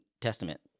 Testament